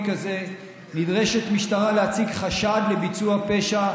כזה נדרשת המשטרה להציג חשד לביצוע פשע,